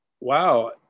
wow